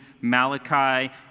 Malachi